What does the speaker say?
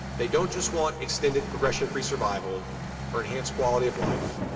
they don't just want extended progression-free survival or enhanced quality of life,